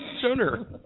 sooner